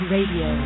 Radio